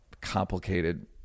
complicated